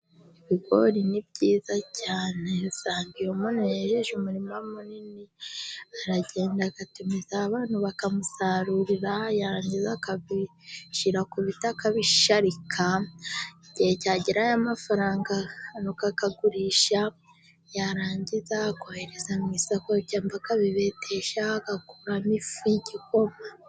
Ibigori ni byiza cyane usanga iyo umuntu yejeje umurima munini aragenda agatumiza abantu bakamusarurira yarangiza akabishyirara ku biti akabisharika. igihe cyagera cy'amafaranga, ni uko agurisha yarangiza akohereza mu isoko cyangwa akabibetesha agakuramo ifu y'igikoma.